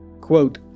Quote